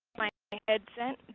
my headset.